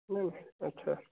नहीं अच्छा